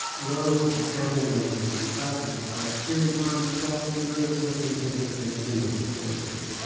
rows of family members and classmates are cheering on twelve nervous-looking pimple-faced teenagers on stage. yeah